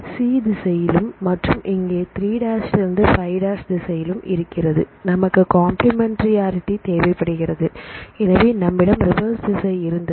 c திசையிலும் மற்றும் இங்கே 3 எல் இருந்து 5 திசையிலும் இருக்கிறது நமக்கு காம்ப்ளிமென்ட்யாரடி தேவைப்படுகிறது எனவே நம்மிடம் ரிவர்ஸ் திசை இருந்தது